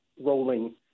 rolling